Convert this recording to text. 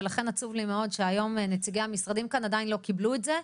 לכן עצוב לי מאוד שהיום נציגי המשרדים כאן עדיין לא קיבלו את זה.